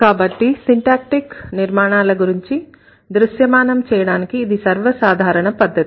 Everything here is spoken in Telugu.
కాబట్టి సిన్టాక్టీక్ నిర్మాణాల గురించి దృశ్యమానం చేయడానికి ఇది సర్వసాధారణ పద్ధతి